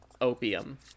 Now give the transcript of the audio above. opium